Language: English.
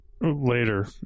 later